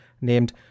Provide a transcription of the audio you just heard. named